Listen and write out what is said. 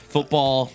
Football